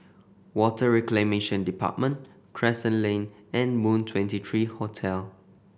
Water Reclamation Department Crescent Lane and Moon Twenty three Hotel